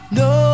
no